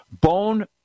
bone